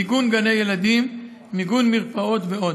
מיגון גני ילדים, מיגון מרפאות ועוד.